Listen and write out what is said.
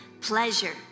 pleasure